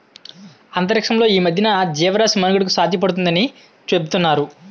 అంతరిక్షంలో ఈ మధ్యన జీవరాశి మనుగడకు సాధ్యపడుతుందాని చూతున్నారు